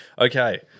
Okay